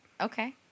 Okay